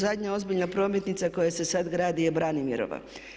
Zadnja ozbiljna prometnica koja se sad gradi je Branimirova.